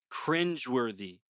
cringeworthy